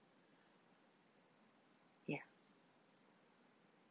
ya